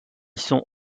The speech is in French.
sont